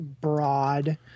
broad